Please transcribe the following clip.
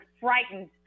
frightened